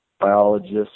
biologists